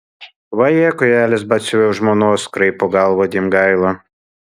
vaje kojelės batsiuvio žmonos kraipo galvą dimgaila